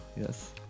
yes